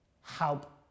help